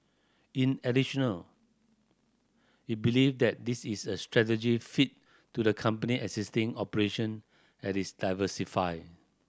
in additional it believe that this is a strategic fit to the company existing operation as it diversify